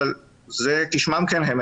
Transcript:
אבל כשמם כן הם,